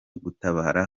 gutabara